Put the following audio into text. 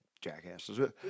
Jackasses